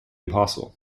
apostle